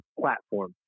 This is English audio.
platform